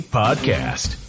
podcast